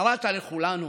קראת לכולנו